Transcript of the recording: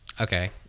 Okay